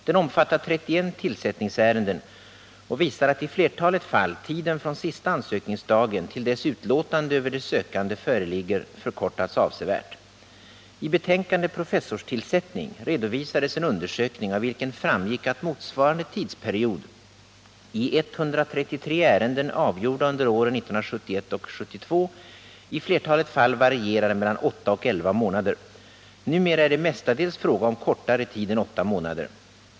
Den omfattar 31 tillsättningåärenden och visar att i flertalet fall tiden från sista ansökningsdagen till dess utlåtande över de sökande föreligger förkortats avsevärt. I betänkandet Professorstillsättning redovisades en undersökning av vilken framgick att motsvarande tidsperiod i 133 ärenden avgjorda under åren 1971 och 1972 i flertalet fall varierade mellan 8 och 11 månader. Numera är det mestadels fråga om kortare tid än 8 månader.